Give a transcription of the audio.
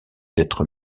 d’être